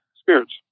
spirits